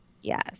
Yes